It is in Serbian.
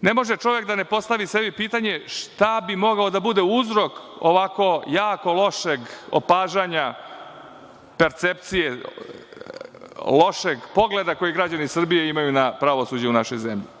ne može čovek da ne postavi sebi pitanje šta bi mogao da bude uzrok ovako jako lošeg opažanja, percepcije, lošeg pogleda koji građani Srbije imaju na pravosuđe u našoj zemlji?